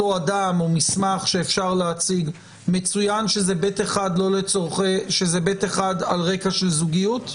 אדם מצוין שזה ב1 על רקע של זוגיות?